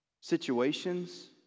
situations